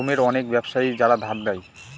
রোমের অনেক ব্যাবসায়ী যারা ধার দেয়